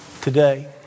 today